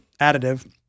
additive